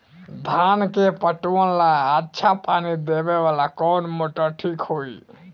धान के पटवन ला अच्छा पानी देवे वाला कवन मोटर ठीक होई?